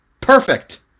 perfect